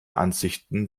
ansichten